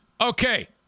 Okay